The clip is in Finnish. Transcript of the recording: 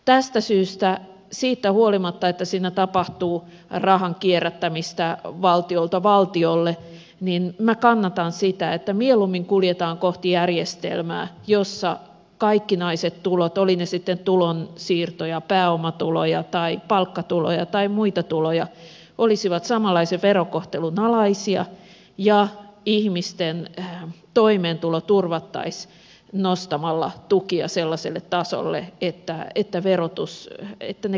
tästä syystä siitä huolimatta että siinä tapahtuu rahan kierrättämistä valtiolta valtiolle minä kannatan sitä että mieluummin kuljetaan kohti järjestelmää jossa kaikkinaiset tulot olivat ne sitten tulonsiirtoja pääomatuloja palkkatuloja tai muita tuloja olisivat samanlaisen verokohtelun alaisia ja ihmisten toimeentulo turvattaisiin nostamalla tukia sellaiselle tasolle että ne kestävät verotuksen